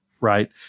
Right